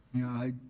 yeah,